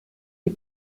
die